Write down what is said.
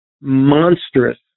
monstrous